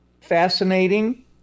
fascinating